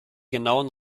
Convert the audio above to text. genauen